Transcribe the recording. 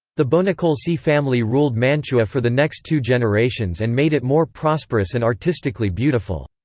the bonacolsi family ruled mantua for the next two generations and made it more prosperous and artistically beautiful.